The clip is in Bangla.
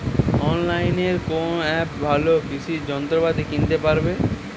অনলাইনের কোন অ্যাপে ভালো কৃষির যন্ত্রপাতি কিনতে পারবো?